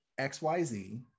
xyz